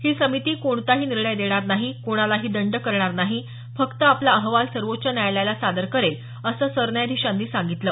ही समिती कोणताही निर्णय देणार नाही कोणालाही दंड करणार नाही फक्त आपला अहवाल सर्वोच्च न्यायालयाला सादर करेल असं सरन्यायाधीशांनी सांगितलं